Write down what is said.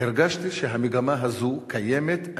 הרגשתי שהמגמה הזאת קיימת.